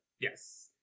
yes